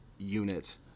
unit